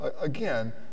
again